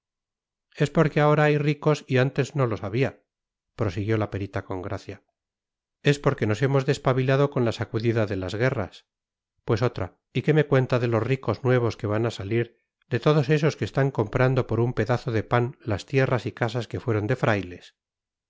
es porque ahora hay ricos y antes no los había prosiguió la perita con gracia es porque nos hemos despabilado con la sacudida de las guerras pues otra y qué me cuenta de los ricos nuevos que van a salir de todos esos que están comprando por un pedazo de pan las tierras y casas que fueron de frailes